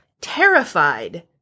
Terrified